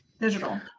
digital